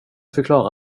förklara